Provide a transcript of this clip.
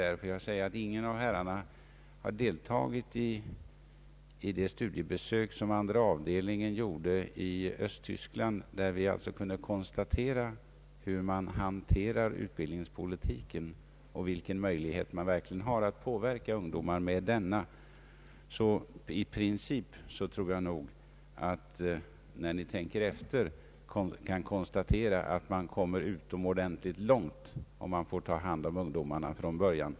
Jag vill framhålla att ingen av herrarna har deltagit i det studiebesök som andra avdelningen gjorde i Östtyskland, där vi kunde konstatera hur man hanterar utbildningspolitiken och vilken möjlighet man har att påverka ungdomar med denna. I princip tror jag nog att ni, om ni tänker efter, kan konstatera, att man kommer utomordentligt långt om man får ta hand om ungdomarna från början.